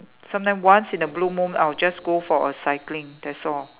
sometimes once in a blue moon I will just go for a cycling that's all